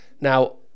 Now